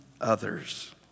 others